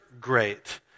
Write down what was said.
great